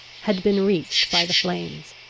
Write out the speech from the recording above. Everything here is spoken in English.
had been reached by the flames.